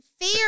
Fear